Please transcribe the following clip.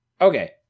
Okay